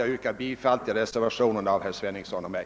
Jag yrkar bifall till reservationen av herr Sveningsson och mig.